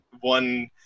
one